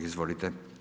Izvolite.